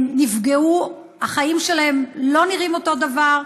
הם נפגעו, החיים שלהם לא נראים אותו דבר,